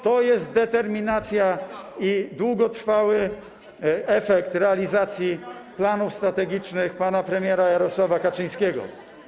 To jest determinacja i długotrwały efekt realizacji planów strategicznych pana premiera Jarosława Kaczyńskiego.